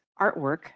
artwork